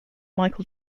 michael